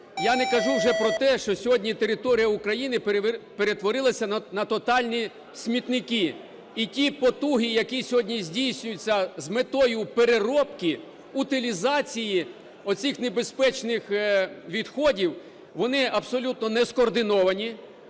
Я не кажу вже про те, що сьогодні територія України перетворилася на тотальні смітники. І ті потуги, які сьогодні здійснюються з метою переробки, утилізації оцих небезпечних відходів, вони абсолютно нескоординовані,